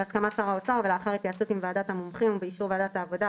בהסכמת שר האוצר ולאחר התייעצות עם ועדת המומחים ובאישור ועדת העבודה,